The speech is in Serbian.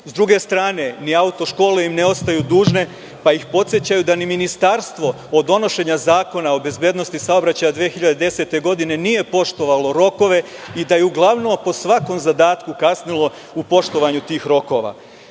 S druge strane, ni auto škole im ne ostaju dužne, pa ih podsećaju da ni ministarstvo od donošenja Zakona o bezbednosti saobraćaja 2010. godine, nije poštovalo rokove i da je uglavnom po svakom zadatku kasnilo u poštovanju tih rokova. Auto